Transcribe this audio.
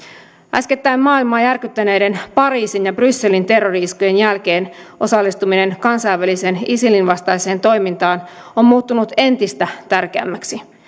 äskettäin maailmaa järkyttäneiden pariisin ja brysselin terrori iskujen jälkeen osallistuminen kansainväliseen isilin vastaiseen toimintaan on muuttunut entistä tärkeämmäksi